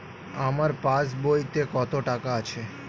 আমার পাস বইতে কত টাকা আছে?